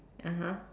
(uh huh)